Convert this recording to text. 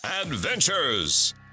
Adventures